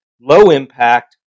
low-impact